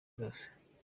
zose